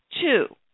Two